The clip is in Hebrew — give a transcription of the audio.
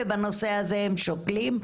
ובנושא הזה הם שוקלים,